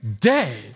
day